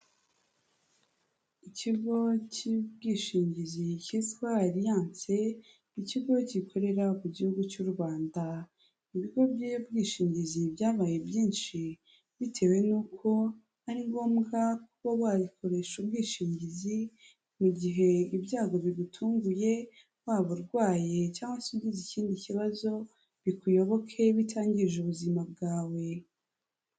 Ikigo cy'ubwishingizi cyitwa Aliance ikigo gikorera mu gihugu cy'u Rwanda. Ibigo by'ubwishingizi byabaye byinshi bitewe nuko ari ngombwa kuba wakoresha ubwishingizi mu gihe ibyago bigutunguye, waba urwaye cyangwa se ugize ikindi kibazo bikuyoboke bitangije ubuzima bwawe.